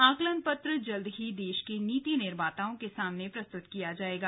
आकलन पत्र जल्द ही देश के नीति निर्माताओं के सामने प्रस्तुत किया जायेगा